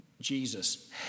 Jesus